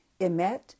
emet